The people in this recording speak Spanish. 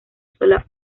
sola